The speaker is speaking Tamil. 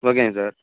ஓகேங்க சார்